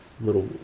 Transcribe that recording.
little